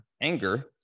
anger